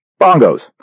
bongos